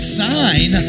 sign